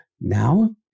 Now